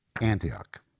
Antioch